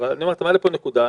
אתה העלית פה נקודה.